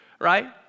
Right